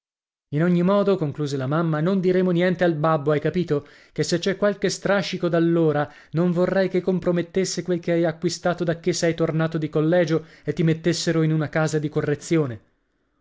in ogni modo concluse la mamma non diremo niente al babbo hai capito ché se c'è qualche strascico d'allora non vorrei che compromettesse quel che hai acquistato dacché sei tornato di colleggio e ti mettessero in una casa di correzione